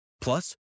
Plus